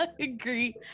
agree